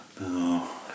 No